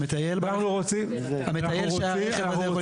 והמטייל שהרכב הזה יכול לפגוע בו?